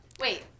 Wait